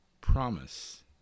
promise